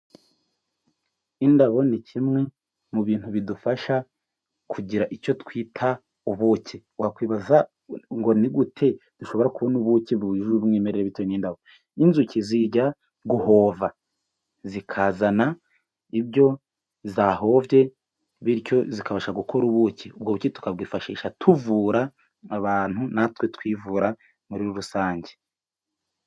Indabo ni kimwe mu bintu bidufasha kugira icyo twita ubuki. Wakwibaza uti :" Ni gute dushobora kubona ubuki bwuje umwimerere bitewe n'indabo?" Inzuki zijya guhova zikazana ibyo zahovye, bityo zikabasha gukora ubuki. Ubwo buki tukabwifashisha tuvura abantu natwe twivura muri rusange.